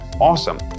Awesome